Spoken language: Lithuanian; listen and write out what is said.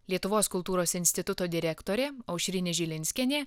lietuvos kultūros instituto direktorė aušrinė žilinskienė